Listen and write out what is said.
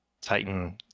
titan